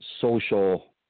social